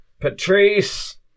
Patrice